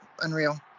unreal